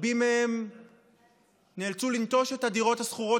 שרבים מהם נאלצו לנטוש את הדירות השכורות